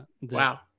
wow